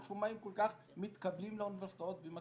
על שום מה הם כל כך מתקבלים לאוניברסיטאות ומצליחים?